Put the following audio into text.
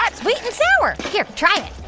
but sweet and sour. here try it